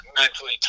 mentally